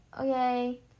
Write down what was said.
okay